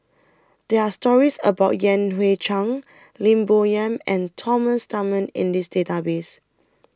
There Are stories about Yan Hui Chang Lim Bo Yam and Thomas Dunman in The Database